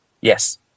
Yes